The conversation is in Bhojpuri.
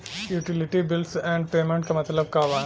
यूटिलिटी बिल्स एण्ड पेमेंटस क मतलब का बा?